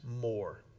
more